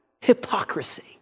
Hypocrisy